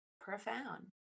profound